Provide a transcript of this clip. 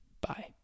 Bye